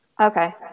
Okay